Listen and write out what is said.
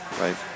Right